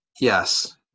yes